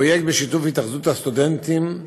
פרויקט בשיתוף התאחדות הסטודנטים,